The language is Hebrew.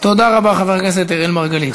תודה רבה, חבר הכנסת אראל מרגלית.